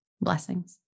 Blessings